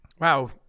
Wow